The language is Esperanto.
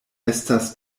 estas